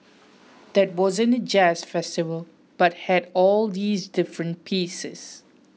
that wasn't a jazz festival but had all these different pieces